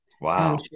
wow